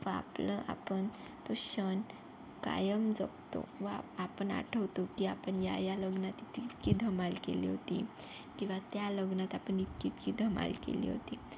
आपलं आपण तो क्षण कायम जपतो व आपण आठवतो की आपण याया लग्नात इतकीइतकी धमाल केली होती किंवा त्या लग्नात आपण इतकीइतकी धमाल केली होती